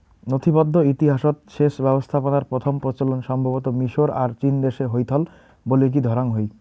নথিবদ্ধ ইতিহাসৎ সেচ ব্যবস্থাপনার প্রথম প্রচলন সম্ভবতঃ মিশর আর চীনদেশে হইথল বলিকি ধরাং হই